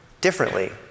differently